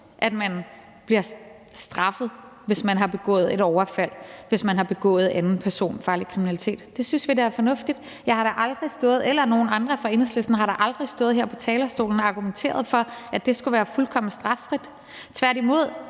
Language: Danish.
at man bliver straffet, hvis man har begået et overfald, og hvis man har begået anden personfarlig kriminalitet. Det synes vi da er fornuftigt. Jeg eller nogen andre fra Enhedslisten har da heller aldrig stået her på talerstolen og argumenteret for, at det skulle være fuldkommen straffrit. Tværtimod